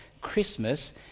Christmas